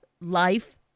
Life